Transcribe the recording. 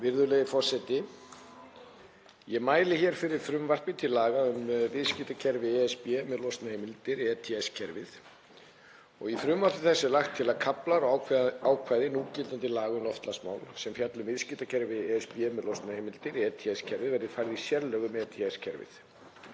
Virðulegi forseti. Ég mæli hér fyrir frumvarpi til laga um viðskiptakerfi ESB með losunarheimildir, ETS-kerfið. Í frumvarpi þessu er lagt til að kaflar og ákvæði núgildandi laga um loftslagsmál sem fjalla um viðskiptakerfi ESB með losunarheimildir, ETS-kerfið, verði færð í sérlög um ETS-kerfið.